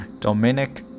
Dominic